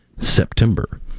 September